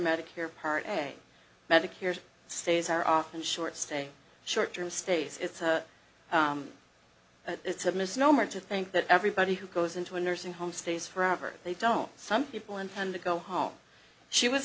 medicare part a medicare says are often short say short term states it's a it's a misnomer to think that everybody who goes into a nursing home stays forever they don't some people intend to go home she was